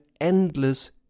endless